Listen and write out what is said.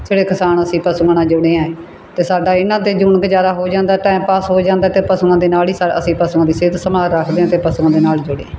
ਜਿਹੜੇ ਕਿਸਾਨ ਅਸੀਂ ਪਸ਼ੂਆਂ ਨਾਲ ਜੁੜੇ ਹਾਂ ਅਤੇ ਸਾਡਾ ਇਹਨਾਂ ਤੇੋਂ ਜਿਊਣ ਗੁਜ਼ਾਰਾ ਹੋ ਜਾਂਦਾ ਟਾਈਮ ਪਾਸ ਹੋ ਜਾਂਦਾ ਅਤੇ ਪਸ਼ੂਆਂ ਦੇ ਨਾਲ ਹੀ ਸਾ ਅਸੀਂ ਪਸ਼ੂਆਂ ਦੀ ਸਿਹਤ ਸੰਭਾਲ ਰੱਖਦੇ ਹਾਂ ਅਤੇ ਪਸ਼ੂਆਂ ਦੇ ਨਾਲ ਜੁੜੇ